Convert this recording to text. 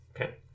okay